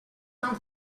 tan